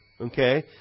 Okay